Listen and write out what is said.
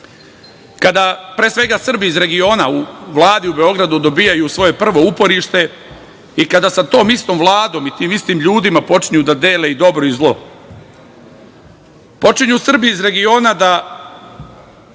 kada Srbi iz regiona u Vladi u Beogradu dobijaju svoje prvo uporište i kada sa tom istom Vladom i tim istim ljudima počinju da dele dobro i zlo. Počinju Srbi iz regiona da